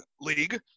League